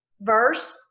verse